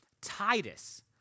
Titus